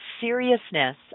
seriousness